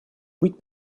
быть